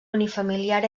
unifamiliar